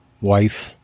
wife